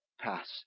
pass